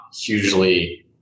hugely